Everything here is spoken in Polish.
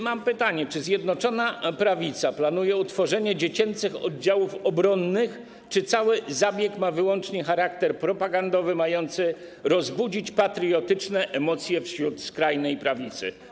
Mam pytanie: Czy Zjednoczona Prawica planuje utworzenie dziecięcych oddziałów obronnych czy też cały zabieg ma wyłącznie charakter propagandowy, mający rozbudzić patriotyczne emocje wśród skrajnej prawicy?